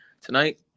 tonight